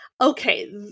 okay